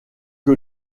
que